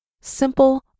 simple